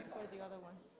the other one